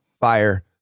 Fire